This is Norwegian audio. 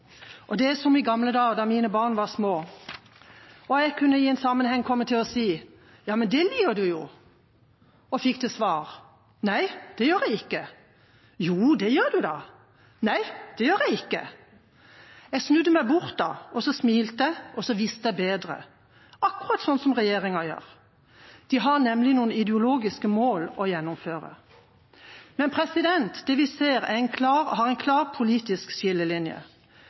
takk. Det er som i gamle dager da mine barn var små og jeg i en sammenheng kunne komme til å si: Ja, men det liker du jo, og fikk til svar: Nei det gjør jeg ikke. – Jo, det gjør du da. – Nei, det gjør jeg ikke. Da snudde jeg meg bort og smilte og visste bedre – akkurat sånn som regjeringa gjør. De har nemlig noen ideologiske mål å gjennomføre. Det vi ser, har en klar politisk skillelinje.